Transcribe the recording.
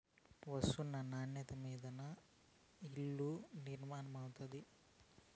ఒస్తున్న నాన్యత మింద దాని ఇలున నిర్మయమైతాది